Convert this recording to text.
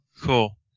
Cool